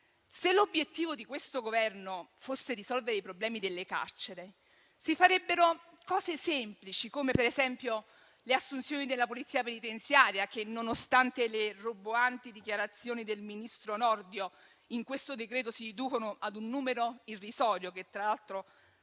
Se l'obiettivo di questo Governo fosse risolvere i problemi delle carceri, si farebbero misure semplici, come le assunzioni della polizia penitenziaria che, nonostante le roboanti dichiarazioni del ministro Nordio, in questo decreto-legge si riducono ad un numero irrisorio, anche rispetto